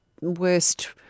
worst